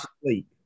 sleep